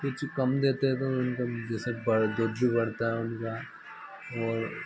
कुछ कम देते हैं तो इनका भी जैसे बढ़ दूध भी बढ़ता है उनका और